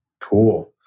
Cool